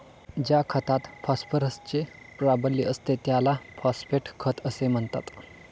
ज्या खतात फॉस्फरसचे प्राबल्य असते त्याला फॉस्फेट खत असे म्हणतात